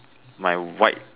my white